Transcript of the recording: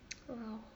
!walao!